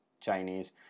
Chinese